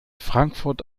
frankfurt